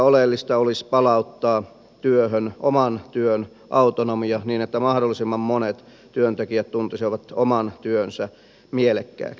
oleellista olisi palauttaa työhön oman työn autonomia niin että mahdollisimman monet työntekijät tuntisivat oman työnsä mielekkääksi